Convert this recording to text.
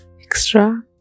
extra